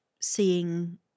seeing